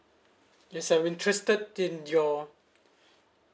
yes I'm interested in your